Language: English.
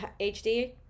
HD